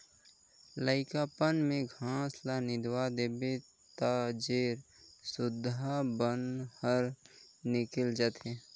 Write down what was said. लइकापन में घास ल निंदवा देबे त जेर सुद्धा बन हर निकेल जाथे